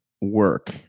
Work